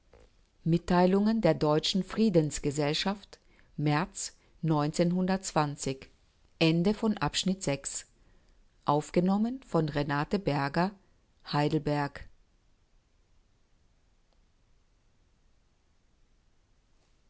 mitteilungen der deutschen friedensgesellschaft märz